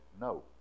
no